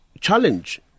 challenge